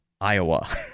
Iowa